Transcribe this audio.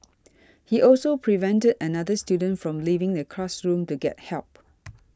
he also prevented another student from leaving the classroom to get help